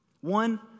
One